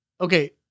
Okay